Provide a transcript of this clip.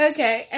Okay